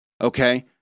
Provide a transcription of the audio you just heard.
Okay